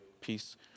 peace